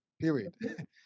Period